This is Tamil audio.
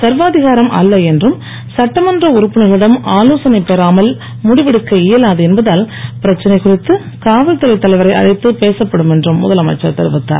சர்வாதிகாரம் அல்ல என்றும் சட்டமன்ற உறுப்பினர்களிடம் ஆலோசனை பெறாமல் முடிவெடுக்க இயலாது என்பதால் பிரச்சனை குறித்து காவல்துறைத் தலைவரை அழைத்து பேசப்படும் என்றும் முதலமைச்சர் தெரிவித்தார்